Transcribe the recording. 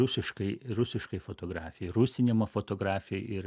rusiškai rusiškai fotografijai rusinimo fotografijai ir